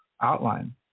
outline